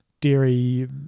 dairy